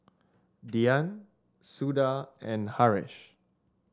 Dhyan Suda and Haresh